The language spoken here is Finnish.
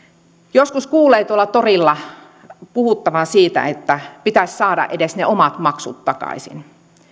joskus kuulee tuolla torilla puhuttavan siitä että pitäisi saada edes ne omat maksut takaisin